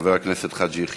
חבר הכנסת חאג' יחיא,